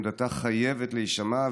עמדתה חייבת להישמע,